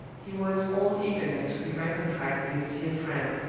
he was all eagerness to be reconciled with his dear friend